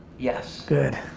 yes. good.